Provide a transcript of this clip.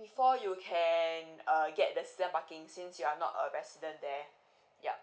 before you can err get the season parking since you are not a resident there yup